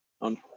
On